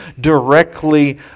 directly